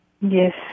Yes